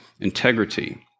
integrity